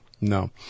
No